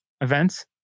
events